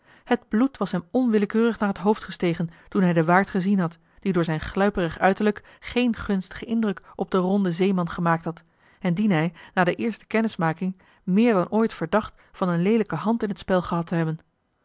het bloed was hem onwillekeurig naar het hoofd gestegen toen hij den waard gezien had die door zijn gluiperig uiterlijk geen gunstigen indruk op den ronden zeeman gemaakt had en dien hij na de eerste kennismaking meer dan ooit verdacht van een leelijke hand in het spel gehad te hebben